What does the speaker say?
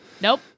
Nope